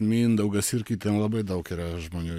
mindaugas irgi ten labai daug yra žmonių